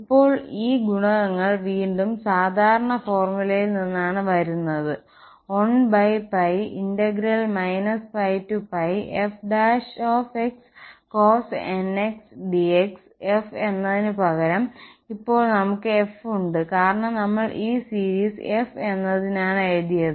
ഇപ്പോൾ ഈ ഗുണകങ്ങൾ വീണ്ടും സാധാരണ ഫോർമുലയിൽ നിന്നാണ് വരുന്നത് 1 π f cosnx dx f എന്നതിനുപകരം ഇപ്പോൾ നമുക്ക് f ഉണ്ട് കാരണം നമ്മൾ ഈ സീരീസ് f എന്നതിനാണ് എഴുതിയത്